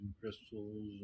crystals